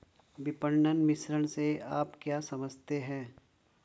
विपणन मिश्रण से आप क्या समझते हैं?